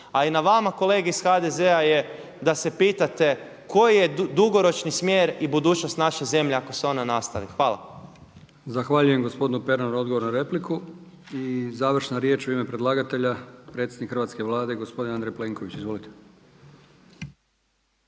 A i na vama kolege iz HDZ-a je da se pitate koji je dugoročni smjer i budućnost naše zemlje ako se ona nastavi. Hvala. **Brkić, Milijan (HDZ)** Zahvaljujem gospodinu Pernaru na odgovoru na repliku. I završna riječ u ime predlagatelja predsjednik Hrvatske vlade gospodin Andrej Plenković, izvolite.